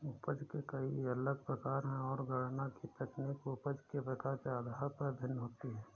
उपज के कई अलग प्रकार है, और गणना की तकनीक उपज के प्रकार के आधार पर भिन्न होती है